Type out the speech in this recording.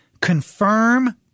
confirm